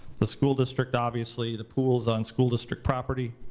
the school district, obviously, the pool's on school district property.